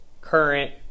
current